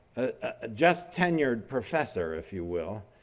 ah just ten yeared professor, if you will,